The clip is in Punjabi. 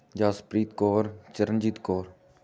ਜਸਪ੍ਰੀਤ ਕੌਰ ਚਰਨਜੀਤ ਕੌਰ